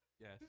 Yes